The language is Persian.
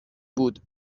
بود